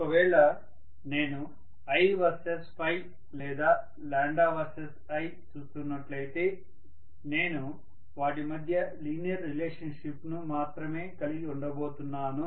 ఒకవేళ నేను i versus Ø లేదా వర్సెస్ i చూస్తున్నట్లయితే నేను వాటి మధ్య లీనియర్ రిలేషన్షిప్ ను మాత్రమే కలిగి ఉండబోతున్నాను